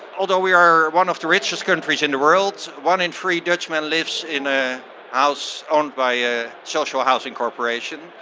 although we are one of the richest countries in the world, one in three dutchmen lives in a house owned by a social housing corporation.